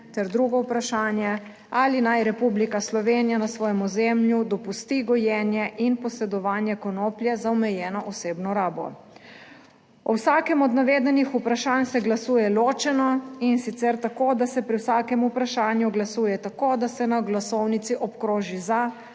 Ter drugo vprašanje: ali naj Republika Slovenija na svojem ozemlju dopusti gojenje in posedovanje konoplje za omejeno osebno rabo? O vsakem od navedenih vprašanj se glasuje ločeno, in sicer tako, da se pri vsakem vprašanju glasuje tako, da se na glasovnici obkroži "za"